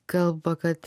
kalba kad